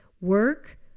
work